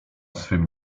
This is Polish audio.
swym